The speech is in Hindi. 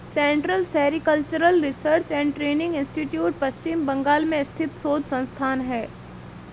central sericultural research and training institute Paschim Bengal में स्थित शोध संस्थान है